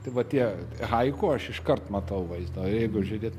tai va tie haiku aš iškart matau vaizdą o jeigu žiūrėt